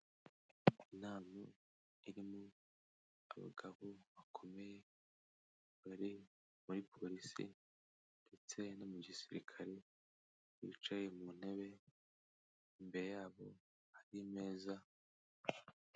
Inama irimo abagabo bakomeye bari muri Polisi ndetse no mu Gisirikare bicaye mu ntebe imbere yabo hari imeza.